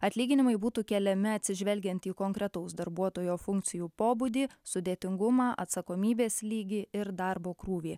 atlyginimai būtų keliami atsižvelgiant į konkretaus darbuotojo funkcijų pobūdį sudėtingumą atsakomybės lygį ir darbo krūvį